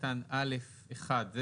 קטן א'1.